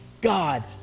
God